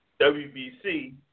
WBC